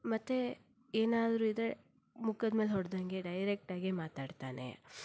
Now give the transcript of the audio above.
ಮತ್ತೆ ಏನಾದರೂ ಇದ್ದರೆ ಮುಖದ ಮೇಲೆ ಹೊಡೆದಂತೆ ಡೈರೆಕ್ಟಾಗಿ ಮಾತಾಡ್ತಾನೆ